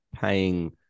paying